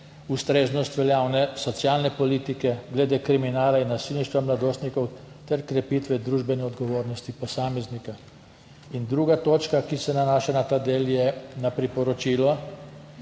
ustreznosti veljavne socialne politike glede kriminala in nasilništva mladostnikov ter krepitve družbene odgovornosti posameznika. In druga točka, ki se nanaša na ta del, je na priporočilo,